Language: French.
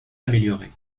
amélioré